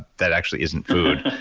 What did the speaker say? that actually isn't food.